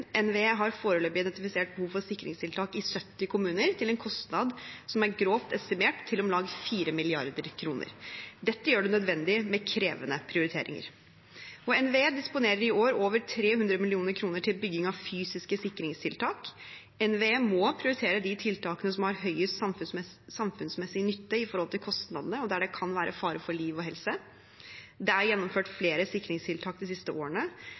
NVE har foreløpig identifisert behov for sikringstiltak i 70 kommuner til en kostnad som er grovt estimert til om lag 4 mrd. kr. Dette gjør det nødvendig med krevende prioriteringer. NVE disponerer i år over 300 mill. kr til bygging av fysiske sikringstiltak. NVE må prioritere de tiltakene som har høyest samfunnsmessig nytte i forhold til kostnadene, og der det kan være fare for liv og helse. Det er gjennomført flere sikringstiltak de siste årene.